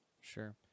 Sure